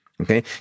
Okay